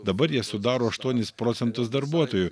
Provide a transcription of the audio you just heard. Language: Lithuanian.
dabar jie sudaro aštuonis procentus darbuotojų